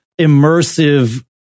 immersive